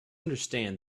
understand